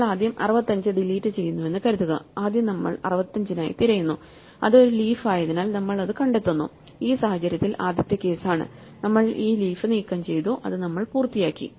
നമ്മൾ ആദ്യം 65 ഡിലീറ്റ് ചെയ്യുന്നുവെന്ന് കരുതുക ആദ്യം നമ്മൾ 65 നായി തിരയുന്നു അത് ഒരു ലീഫ് ആയതിനാൽ നമ്മൾ അത് കണ്ടെത്തുന്നു ഈ സാഹചര്യത്തിൽ ആദ്യത്തെ കേസ് ആണ് നമ്മൾ ഈ ലീഫ് നീക്കം ചെയ്തു അത് നമ്മൾ പൂർത്തിയാക്കി